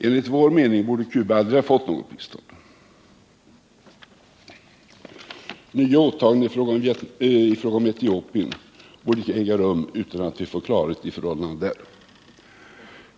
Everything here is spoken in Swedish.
Enligt vår mening borde Cuba aldrig ha fått något bistånd. Nya åtaganden i fråga om Etiopien borde icke ske förrän vi fått klarhet om förhållandena där.